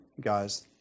guys